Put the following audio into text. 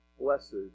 Blessed